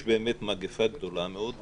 יש באמת מגפה גדולה מאוד,